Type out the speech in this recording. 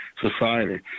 society